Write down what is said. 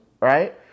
right